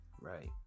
Right